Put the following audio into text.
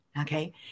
Okay